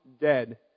dead